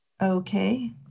Okay